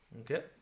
Okay